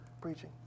preaching